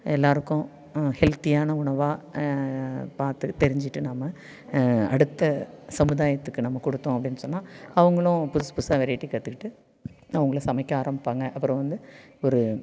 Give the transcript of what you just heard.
எல்லாருக்கும் ஹெல்தியான உணவாக பார்த்து தெரிஞ்சிகிட்டு நம்ம அடுத்த சமுதாயத்துக்கு நம்ம கொடுத்தோம் அப்படினு சொன்னால் அவங்களும் புதுசு புதுசாக வெரைட்டி கற்றுக்கிட்டு அவங்களும் சமைக்க ஆரம்பிப்பாங்க அப்புறம் வந்து ஒரு